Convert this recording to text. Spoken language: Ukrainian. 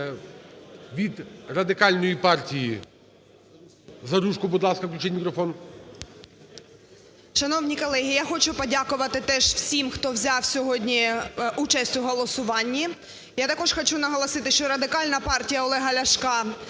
Від Радикальної партії Заружко, будь ласка, включіть мікрофон.